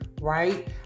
right